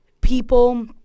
people